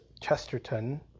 Chesterton